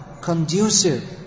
conducive